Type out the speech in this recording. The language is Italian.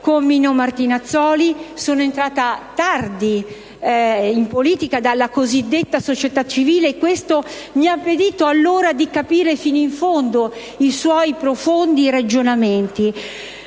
con Martinazzoli: sono entrata tardi in politica dalla cosiddetta società civile e questo mi ha impedito fino ad allora di capire fino in fondo i suoi profondi ragionamenti.